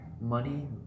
Money